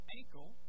ankle